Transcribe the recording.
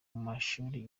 mashuri